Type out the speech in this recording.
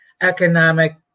economic